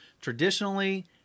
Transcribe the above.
traditionally